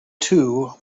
too